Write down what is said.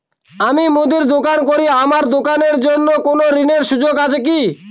আমি মুদির দোকান করি আমার দোকানের জন্য কোন ঋণের সুযোগ আছে কি?